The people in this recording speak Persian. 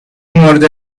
مورد